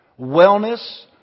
wellness